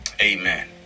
amen